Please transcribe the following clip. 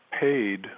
paid